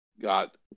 got